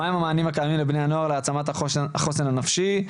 מהם המענים הקיימים לבני הנוער להעצמת החוסן הנפשי,